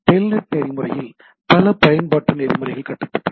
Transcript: Telnet நெறிமுறையில் பல பயன்பாட்டு நெறிமுறைகள் கட்டப்பட்டுள்ளன